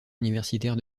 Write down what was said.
universitaire